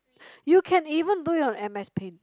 you can even do it on m_s paint